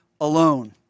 alone